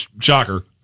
shocker